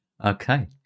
Okay